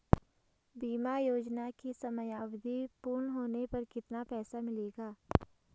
बीमा योजना की समयावधि पूर्ण होने पर कितना पैसा मिलेगा?